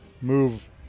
move